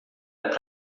ainda